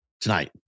tonight